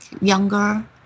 younger